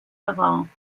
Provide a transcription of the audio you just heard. terrain